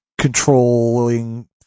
controlling